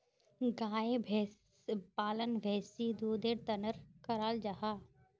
गाय भैंस पालन बेसी दुधेर तंर कराल जाहा